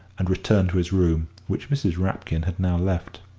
and returned to his room, which mrs. rapkin had now left.